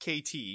KT